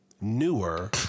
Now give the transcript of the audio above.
newer